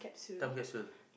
time question